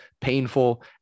painful